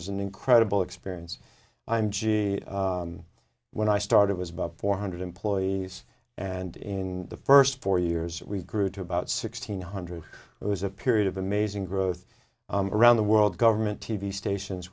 was an incredible experience m g when i started was about four hundred employees and in the first four years we grew to about sixteen hundred it was a period of amazing growth around the world government t v stations